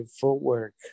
footwork